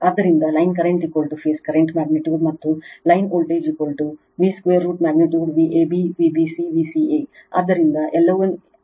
ಆದ್ದರಿಂದ line current phase current magnitude ಮತ್ತು line voltage V square magnitude Vab Vbc Vca ಆದ್ದರಿಂದ ಅವೆಲ್ಲವೂ ಒಂದೇ ಆಗಿರುತ್ತವೆ